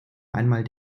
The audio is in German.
einmal